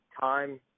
time